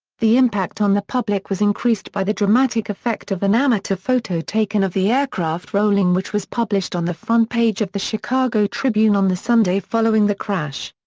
the impact on the public was increased by the dramatic effect of an amateur photo taken of the aircraft rolling which was published on the front page of the chicago tribune on the sunday following the crash.